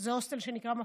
זה הוסטל שנקרא מפתחות,